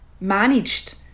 managed